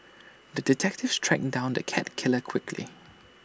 the detective tracked down the cat killer quickly